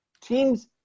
teams